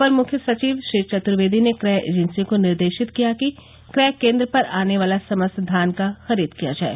अपर मुख्य सचिव श्री चतुर्वेदी ने क्रय एजेंसियों को निर्देशित किया कि क्रय केंद्र पर आने वाला समस्त धान का खरीद किया जाए